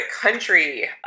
country